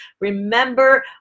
Remember